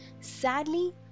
Sadly